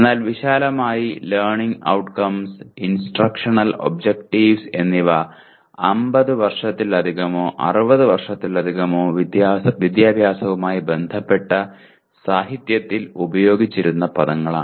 എന്നാൽ വിശാലമായി learning outcomes instructional objectives ' എന്നിവ 50 വർഷത്തിലധികമോ 60 വർഷത്തിലധികമോ വിദ്യാഭ്യാസവുമായി ബന്ധപ്പെട്ട സാഹിത്യത്തിൽ ഉപയോഗിച്ചിരിക്കുന്ന പദങ്ങളാണ്